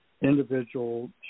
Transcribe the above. individual